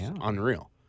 unreal